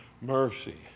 mercy